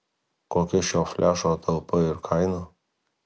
kokia šio flešo talpa ir kaina